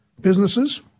businesses